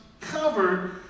covered